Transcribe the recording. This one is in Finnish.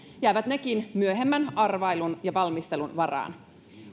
jäävät nekin myöhemmän arvailun ja valmistelun varaan